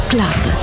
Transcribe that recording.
Club